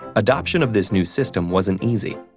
adoption of this new system wasn't easy.